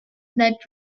that